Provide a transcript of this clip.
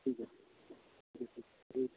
ঠিক আছে